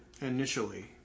initially